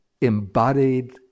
embodied